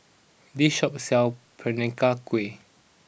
this shop sells Peranakan Kueh